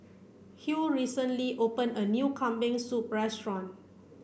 Hugh recently open a new Kambing Soup restaurant